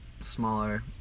smaller